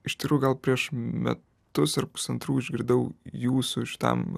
iš tikrųjų gal prieš metus ar pusantrų išgirdau jūsų šitam